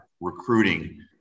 recruiting